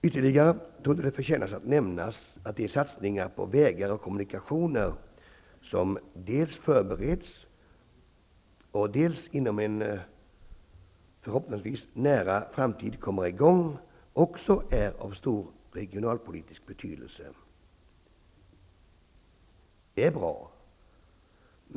Ytterligare torde det förtjänas att nämnas att de satsningar på vägar och kommunikationer som dels förbereds, dels inom en förhoppningsvis nära framtid kommer i gång också är av stor regionalpolitisk betydelse. Det är bra.